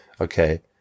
Okay